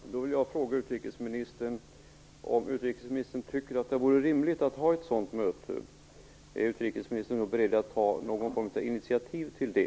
Herr talman! Då vill jag fråga utrikesministern om ifall utrikesministern tycker att det vore rimligt att hålla ett sådant möte. Är utrikesministern beredd att ta något initiativ till det?